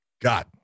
God